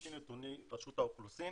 לפי נתוני רשות האוכלוסין